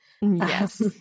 Yes